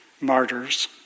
martyrs